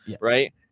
right